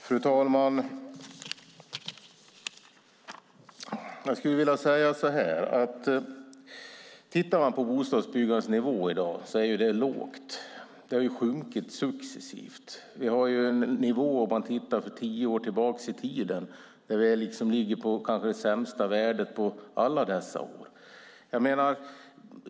Fru talman! Bostadsbyggandets nivå i dag är låg. Den har sjunkit successivt. Om man jämför med tio år tillbaka i tiden ligger vi på det kanske sämsta värdet under alla dessa år.